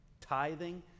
tithing